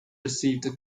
received